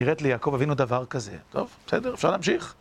נראית לי, יעקב אבינו, דבר כזה. טוב, בסדר, אפשר להמשיך?